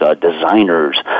designers